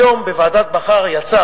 היום בוועדת-בכר יצא